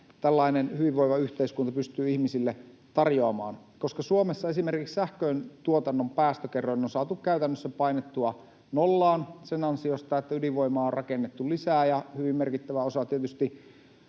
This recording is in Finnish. tällainen hyvinvoiva yhteiskunta pystyy ihmisille tarjoamaan. Koska Suomessa esimerkiksi sähköntuotannon päästökerroin on saatu käytännössä painettua nollaan sen ansiosta, että ydinvoimaa on rakennettu lisää ja hyvin merkittävä osa tietysti